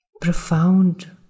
profound